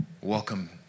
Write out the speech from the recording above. welcome